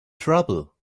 trouble